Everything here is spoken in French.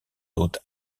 hôtes